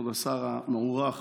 כבוד השר המוערך,